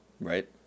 right